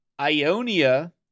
Ionia